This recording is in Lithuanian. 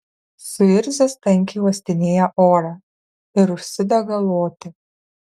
suirzęs tankiai uostinėja orą ir užsidega loti